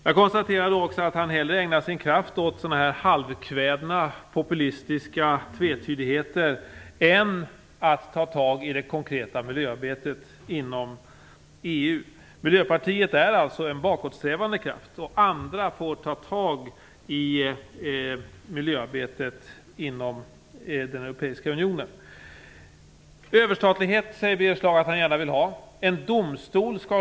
Jag konstaterar också att Birger Schlaug hellre ägnar sin kraft åt halvkvädna populistiska tvetydigheter än att ta tag i det konkreta miljöarbetet inom EU. Miljöpartiet är alltså en bakåtsträvande kraft, och andra får ta tag i miljöarbetet inom den europeiska unionen. Birger Schlaug säger att han gärna vill ha överstatlighet.